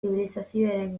zibilizazioaren